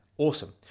awesome